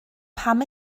pam